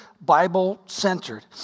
Bible-centered